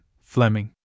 Fleming